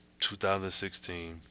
2016